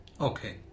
Okay